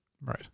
Right